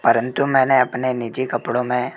परन्तु मैंने अपने निजी कपड़ों में